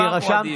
נגמר פה הדיון.